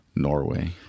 Norway